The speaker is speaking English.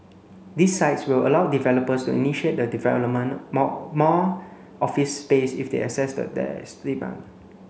these sites will allow developers to initiate the development more more office space if they assess that there is demand